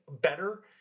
better